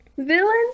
Villain